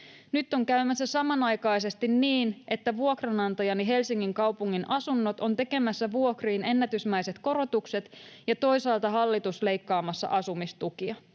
Nyt on käymässä samanaikaisesti niin, että vuokranantajani Helsingin kaupungin asunnot on tekemässä vuokriin ennätysmäiset korotukset ja toisaalta hallitus leikkaamassa asumistukia.